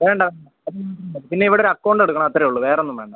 വേണ്ട പിന്നെ ഇവിടെ ഒരു അക്കൌണ്ട് എടുക്കണം അത്രേ ഉള്ളൂ വേറൊന്നും വേണ്ട